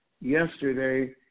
yesterday